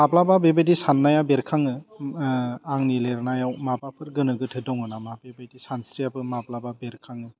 माब्लाबा बेबायदि सान्नाया बेरखाङो आंनि लेरनायाव माबाफोर गोनो गोथो दङ नामा बेबायदि सानस्रियाबो माब्लाबा बेरखाङो